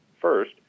First